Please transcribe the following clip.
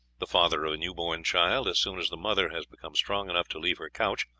the father of a new-born child, as soon as the mother has become strong enough to leave her couch,